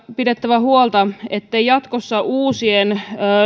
pidettävä huolta ettei jatkossa